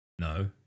No